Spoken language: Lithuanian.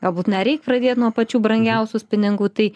galbūt nereik pradėt nuo pačių brangiausių spiningų tai